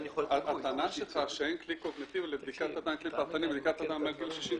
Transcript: הטענה שלך שאין כלי קוגניטיבי לבדיקה פרטנית ולבדיקת אדם מעל גיל 65,